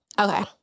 Okay